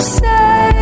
say